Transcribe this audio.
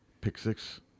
pick-six